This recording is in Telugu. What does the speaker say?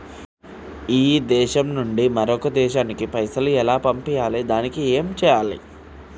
ఈ దేశం నుంచి వేరొక దేశానికి పైసలు ఎలా పంపియ్యాలి? దానికి ఏం చేయాలి?